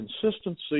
consistency